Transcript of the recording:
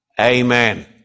Amen